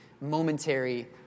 momentary